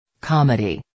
Comedy